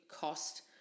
cost